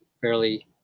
fairly